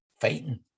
fighting